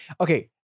Okay